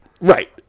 Right